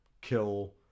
kill